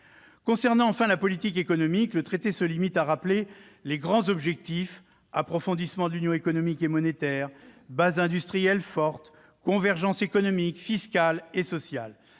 concerne la politique économique, le traité se limite à rappeler les grands objectifs- approfondissement de l'Union économique et monétaire, base industrielle forte, convergence économique, fiscale et sociale